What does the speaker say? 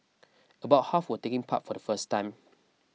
about half were taking part for the first time